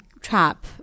trap